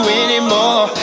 anymore